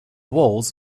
walls